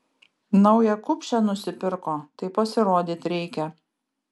naują kupšę nusipirko tai pasirodyt reikia